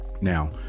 Now